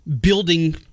building